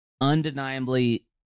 undeniably